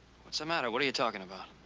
what's the matter? what are you talking about?